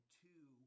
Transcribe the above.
two